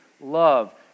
love